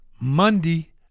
Monday